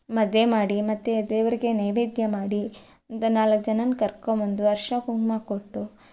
ಮದುವೆ ಮಾಡಿ ಮತ್ತೆ ದೇವರಿಗೆ ನೈವೇದ್ಯ ಮಾಡಿ ದ ನಾಲ್ಕು ಜನನ ಕರ್ಕೊಂಡ್ಬಂದು ಅರಶಿನ ಕುಂಕುಮ ಕೊಟ್ಟು